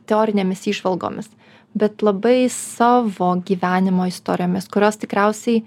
teorinėmis įžvalgomis bet labai savo gyvenimo istorijomis kurios tikriausiai